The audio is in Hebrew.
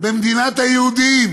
במדינת היהודים.